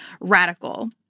radical